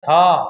ଛଅ